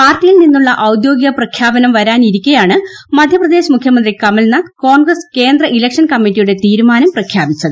പാർട്ടിയിൽ നിന്നുള്ള ഔദ്യോഗിക പ്രഖ്യാപനം വരാനിരിക്കെയാണ് മധ്യപ്രദേശ് മുഖ്യമന്ത്രി കമൽനാഥ് കോൺഗ്രസ് കേന്ദ്ര ഇലക്ഷൻ കമ്മിറ്റിയുടെ തീരുമാനം പ്രഖ്യാപിച്ചത്